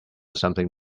something